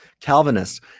Calvinists